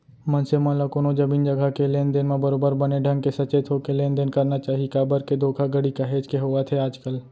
मनसे मन ल कोनो जमीन जघा के लेन देन म बरोबर बने ढंग के सचेत होके लेन देन करना चाही काबर के धोखाघड़ी काहेच के होवत हे आजकल